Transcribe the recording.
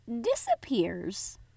disappears